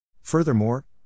Furthermore